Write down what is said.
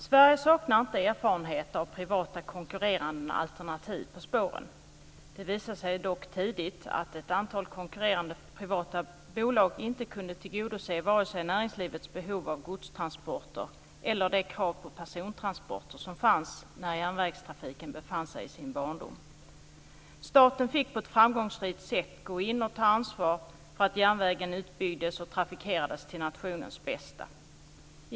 Sverige saknar inte erfarenhet av privata konkurrerande alternativ på spåren. Det visade sig dock tidigt att ett antal konkurrerande privata bolag inte kunde tillgodose vare sig näringslivets behov av godstransporter eller de krav på persontransporter som fanns när järnvägstrafiken befann sig i sin barndom. Staten fick på ett framgångsrikt sätt gå in och ta ansvar för att järnvägen utbyggdes och trafikerades till nationens bästa.